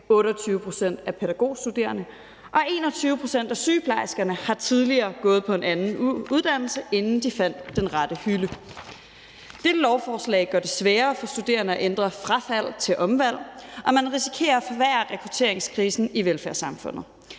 28 pct. af de pædagogstuderende og 21 pct. af sygeplejerskerne har tidligere gået på en anden uddannelse, inden de fandt den rette hylde. Dette lovforslag gør det sværere for studerende at ændre frafald til omvalg, og man risikerer at forværre rekrutteringskrisen i velfærdssamfundet.